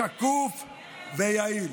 שקוף ויעיל,